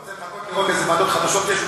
אתה רוצה לחכות לראות איזה ועדות חדשות יש,